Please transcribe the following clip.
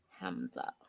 Hamza